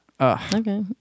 Okay